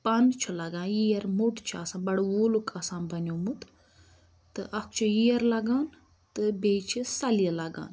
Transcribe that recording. پَن چھ لَگان ییر موٚٹ چھُ آسان بَڑٕ وولُک آسان بَنیومُت تہٕ اَکھ چھِ ییر لَگان تہٕ بیٚیہِ چھِ سَلیہِ لَگان